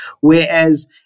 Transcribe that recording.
Whereas